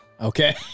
Okay